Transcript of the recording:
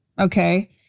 okay